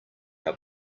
our